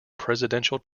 presidential